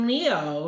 Leo